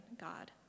God